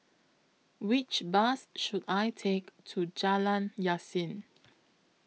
Which Bus should I Take to Jalan Yasin